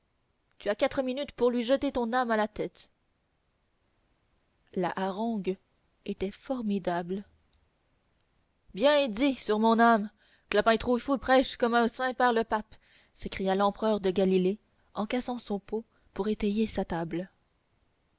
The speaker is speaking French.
tu as quatre minutes pour lui jeter ton âme à la tête la harangue était formidable bien dit sur mon âme clopin trouillefou prêche comme un saint-père le pape s'écria l'empereur de galilée en cassant son pot pour étayer sa table